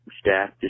staff